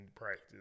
practice